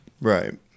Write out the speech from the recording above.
Right